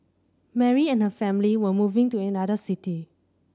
Mary and her family were moving to another city